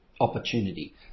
opportunity